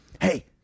Hey